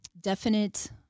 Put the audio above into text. definite